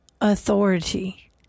authority